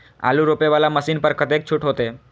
आलू रोपे वाला मशीन पर कतेक छूट होते?